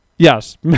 Yes